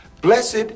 Blessed